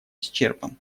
исчерпан